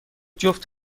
جفت